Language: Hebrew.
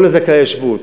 כל זכאי השבות